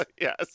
yes